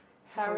Harry